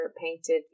painted